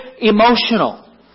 emotional